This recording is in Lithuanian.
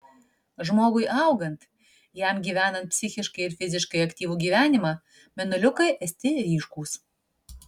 žmogui augant jam gyvenant psichiškai ir fiziškai aktyvų gyvenimą mėnuliukai esti ryškūs